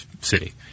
city